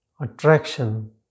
Attraction